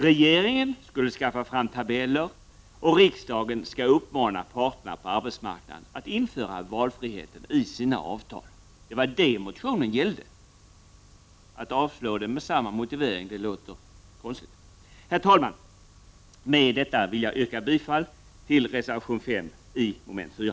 Regeringen skall skaffa fram tabeller och riksdagen skall uppmana parterna på arbetsmarknaden att införa valfriheten i sina avtal. Det var det motionen gällde. Att avslå den med samma motivering låter konstigt. Herr talman! Med detta vill jag yrka bifall till reservation 5 i mom. 4.